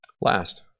Last